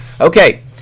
okay